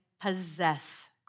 possess